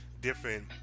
different